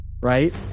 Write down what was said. right